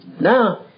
Now